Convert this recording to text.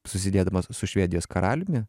susidėdamas su švedijos karaliumi